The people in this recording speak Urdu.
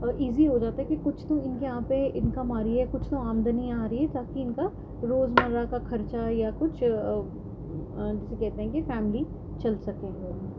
ایزی ہو جاتا ہے کہ کچھ تو ان کے یہاں پہ انکم آ رہی ہے کچھ تو آمدنی آ رہی ہے تاکہ ان کا روز مرہ کا کھرچہ یا کچھ جیسے کہتے ہیں کہ فیملی چل سکو ہے